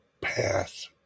pass